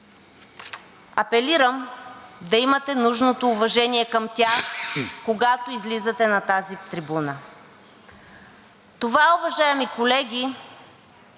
Апелирам да имате нужното уважение към тях, когато излизате на тази трибуна. Това, уважаеми колеги,